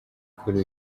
kuri